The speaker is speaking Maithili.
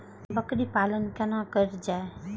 बकरी पालन केना कर जाय?